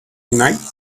night